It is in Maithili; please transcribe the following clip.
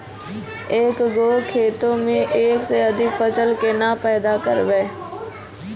एक गो खेतो मे एक से अधिक फसल केना पैदा करबै?